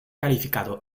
calificado